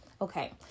Okay